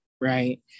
right